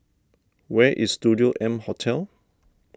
where is Studio M Hotel